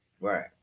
Right